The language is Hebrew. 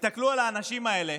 ותסתכלו על האנשים האלה,